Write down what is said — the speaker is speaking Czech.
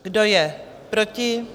Kdo je proti?